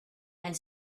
and